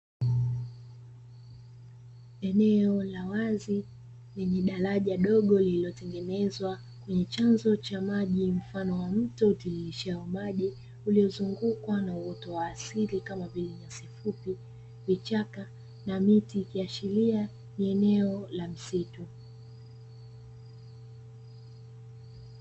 Eneo la wazi lenye daraja dogo lililotengenezwa, ni chanzo cha maji mfano wa mto utiririshao maji; uliozungukwa na uoto wa asili kama vile nyasi fupi, vichaka na miti, ikiashiria ni eneo la msitu.